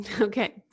Okay